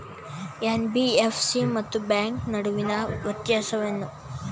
NBFC ಮತ್ತು bank ನಡುವಿನ ವ್ಯತ್ಯಾಸವೇನು?